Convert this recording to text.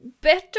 better